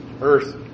earth